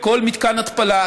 לכל מתקן התפלה,